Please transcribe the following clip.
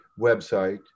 website